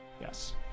Yes